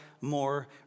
more